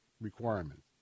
requirement